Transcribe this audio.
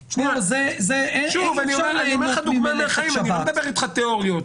אני נותן לך דוגמה מהחיים,